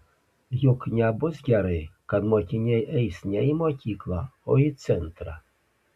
juk nebus gerai kad mokiniai eis ne į mokyklą o į centrą